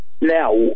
Now